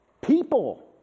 People